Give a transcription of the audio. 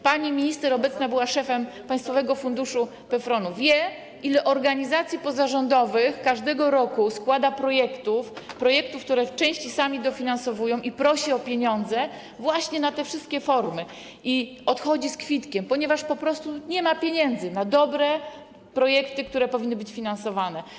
Obecna pani minister była szefem państwowego funduszu PFRON-u i wie, ile organizacji pozarządowych każdego roku składa projekty, które w części same dofinansowują, prosi o pieniądze właśnie na te wszystkie formy, i odchodzi z kwitkiem, ponieważ po prostu nie ma pieniędzy na dobre projekty, które powinny być finansowane.